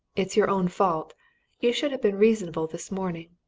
it's your own fault you should have been reasonable this morning.